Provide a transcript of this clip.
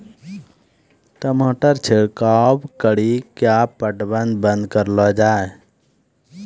टमाटर छिड़काव कड़ी क्या पटवन बंद करऽ लो जाए?